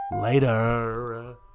Later